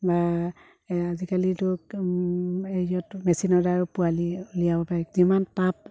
বা আজিকালিতো হেৰিয়তো মেচিনৰদ্বাৰাও পোৱালি উলিয়াব পাৰি যিমান তাপ